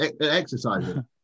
exercising